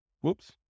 Whoops